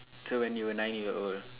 so when you were nine year old